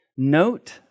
Note